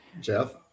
Jeff